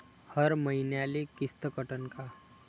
हर मईन्याले किस्त कटन का?